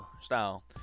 style